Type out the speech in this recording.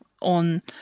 on